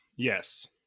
Yes